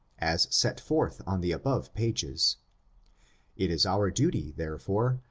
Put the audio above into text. as set forth on the above pages it is our duty, therefore,